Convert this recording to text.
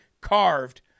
carved